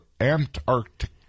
Antarctic